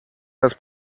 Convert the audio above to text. das